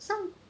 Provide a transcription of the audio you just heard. some